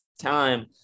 time